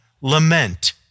lament